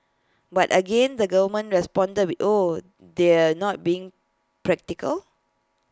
but again the government responded with oh they're not being practical